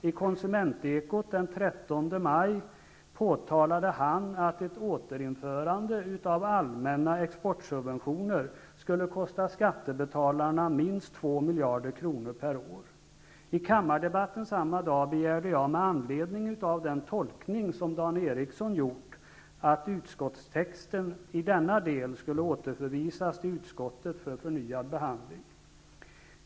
I Konsumentekot den 13 maj påtalade han att ett återinförande av allmänna exportsubventioner skulle kosta skattebetalarna minst 2 miljarder kronor per år. I kammardebatten samma dag begärde jag med anledning av den tolkning som Dan Ericsson i Kolmården gjort av utskottstexten, att denna del skulle återförvisas till utskottet för förnyad behandling.